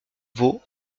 vau